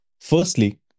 firstly